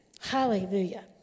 Hallelujah